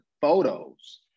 photos